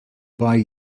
buy